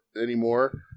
anymore